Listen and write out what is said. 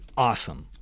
awesome